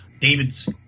David's